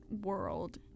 world